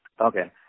okay